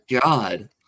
God